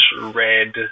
red